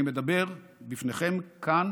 אני מדבר בפניכם כאן